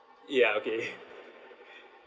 ya okay